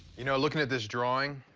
you know looking at this drawing,